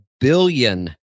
billion